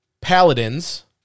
Paladins